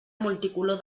multicolor